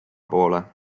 poole